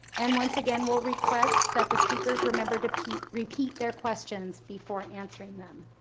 and once again we'll request that the speakers remember to repeat repeat their questions before answering them.